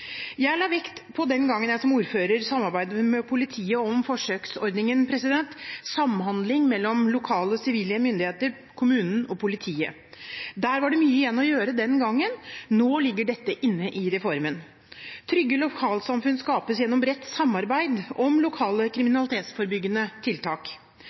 Jeg la vekt på den gang jeg som ordfører samarbeidet med politiet om forsøksordningen, samhandling mellom lokale sivile myndigheter, kommunen og politiet. Der var det mye igjen å gjøre den gangen. Nå ligger dette inne i reformen. Trygge lokalsamfunn skapes gjennom bredt samarbeid om lokale kriminalitetsforebyggende tiltak.